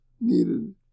needed